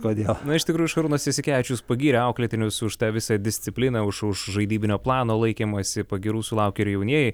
kodėl iš tikrųjų šarūnas jasikevičius pagyrė auklėtinius už tą visą discipliną už už žaidybinio plano laikymąsi pagyrų sulaukė ir jaunieji